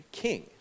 king 。